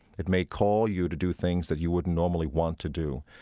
it may call you to do things that you wouldn't normally want to do,